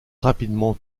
rapidement